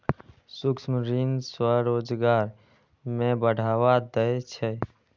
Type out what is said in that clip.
सूक्ष्म ऋण स्वरोजगार कें बढ़ावा दै छै